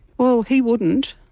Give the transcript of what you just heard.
well he wouldn't,